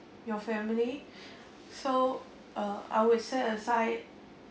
your family so uh I would set aside